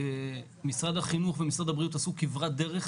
משרד החינוך ומשרד הבריאות עשו כברת דרך